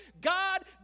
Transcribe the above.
God